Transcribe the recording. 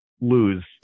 lose